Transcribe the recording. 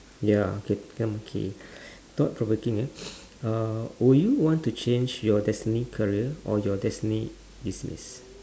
ya okay thought provoking eh uh will you want to change your destined career or your destined demise